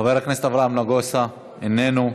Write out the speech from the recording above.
חבר הכנסת אברהם נגוסה, איננו.